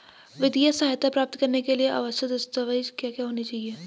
वित्तीय सहायता प्राप्त करने के लिए आवश्यक दस्तावेज क्या क्या होनी चाहिए?